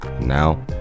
Now